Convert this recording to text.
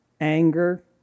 anger